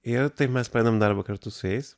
ir taip mes pradedam darbą kartu su jais